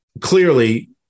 clearly